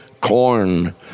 corn